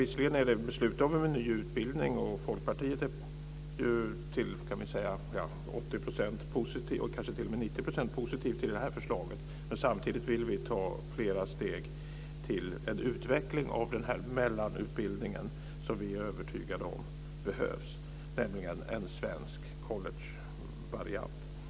Visserligen har det beslutats om en ny utbildning, och Folkpartiet är till 80-90 % positivt till detta förslag, men samtidigt vill vi ta flera steg till en utveckling av den här mellanutbildningen som vi är övertygade om behövs, nämligen en svensk collegevariant.